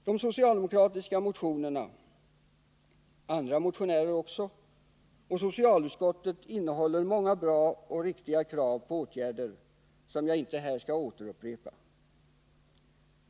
De socialdemokratiska motionerna — men även motioner som väckts av andra än socialdemokraterna — och socialutskottets betänkande innehåller många bra och riktiga krav på åtgärder, men jag skall inte här upprepa dem.